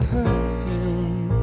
Perfume